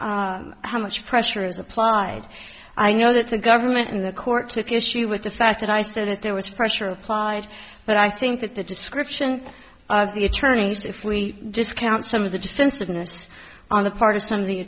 much how much pressure is applied i know that the government and the court to issue with the fact that i said that there was pressure applied but i think that the description of the attorneys if we discount some of the defensiveness on the part of some of the